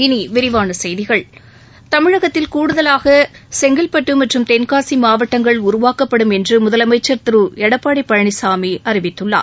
இனி விரிவான செய்திகள் தமிழகத்தில் கூடுதலாக தென்காசி மற்றும் செங்கல்பட்டு மாவட்டங்கள் உருவாக்கப்படும் என்று முதலமைக்கா் திரு எடப்பாடி பழனிசாமி அறிவித்துள்ளார்